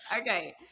Okay